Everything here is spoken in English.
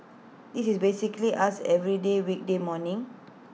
this is basically us every weekday morning